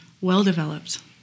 well-developed